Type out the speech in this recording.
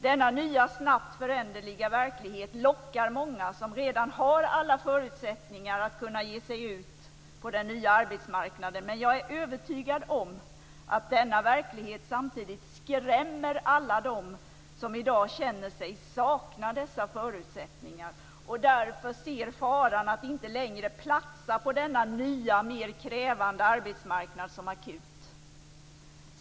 Denna nya snabbt föränderliga verklighet lockar många som redan har alla förutsättningar att kunna ge sig ut på den nya arbetsmarknaden, men jag är övertygad om att denna verklighet samtidigt skrämmer alla dem som i dag känner sig sakna dessa förutsättningar och därför ser faran som akut att inte längre platsa på denna nya mer krävande arbetsmarknad.